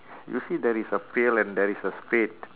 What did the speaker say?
you see there is a pail and there is a spade